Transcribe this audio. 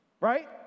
Right